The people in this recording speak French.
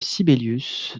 sibelius